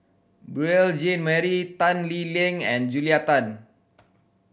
Beurel Jean Marie Tan Lee Leng and Julia Tan